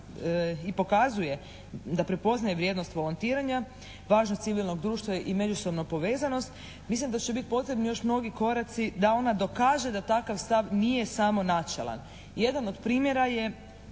i pokazuje da prepoznaje vrijednost volontiranja, važnost civilnog društva i međusobnu povezanost mislim da će biti potrebni još mnogi koraci da ona dokaže da takav stav nije samo načelan. Jedan do primjera bi